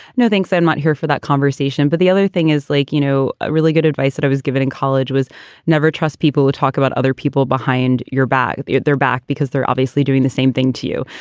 no, thanks, they're not here for that conversation. but the other thing is like, you know, really good advice that i was given in college was never trust. people would talk about other people behind your back. their back because they're obviously doing the same thing to you,